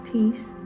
Peace